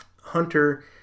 Hunter